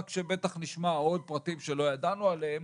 רק שבטח נשמע עוד פרטים שלא ידענו עליהם,